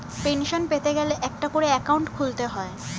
pension পেতে গেলে একটা করে অ্যাকাউন্ট খুলতে হয়